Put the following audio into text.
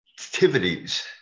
activities